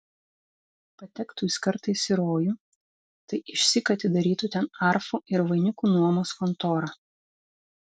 patektų jis kartais į rojų tai išsyk atidarytų ten arfų ir vainikų nuomos kontorą